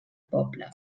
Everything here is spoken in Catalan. poble